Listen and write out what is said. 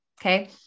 okay